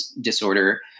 disorder